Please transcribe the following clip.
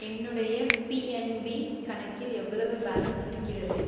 என்னுடைய பிஎன்பி கணக்கில் எவ்வளவு பேலன்ஸ் இருக்கிறது